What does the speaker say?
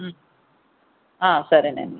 ఆ సరేనండి